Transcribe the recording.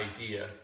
idea